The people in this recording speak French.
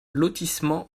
lotissement